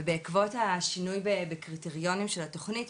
ובעקבות השינוי בקריטריונים של התוכנית,